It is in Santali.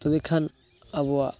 ᱛᱚᱵᱮ ᱠᱷᱟᱱ ᱟᱵᱚᱣᱟᱜ